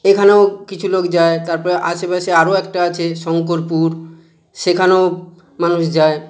এখানেও কিছু লোক যায় তারপরে আশেপাশে আরো একটা আছে শংকরপুর সেখানেও মানুষ যায়